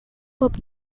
club